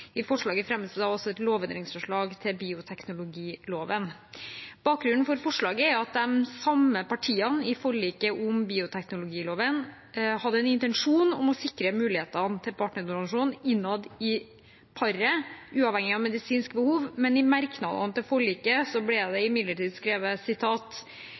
I forslaget fremmes det også et lovendringsforslag til bioteknologiloven. Bakgrunnen for forslaget er at de samme partiene i forliket om bioteknologiloven hadde en intensjon om å sikre muligheten til partnerdonasjon innad i paret uavhengig av medisinsk behov, men i merknadene til forliket ble det